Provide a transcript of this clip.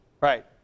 Right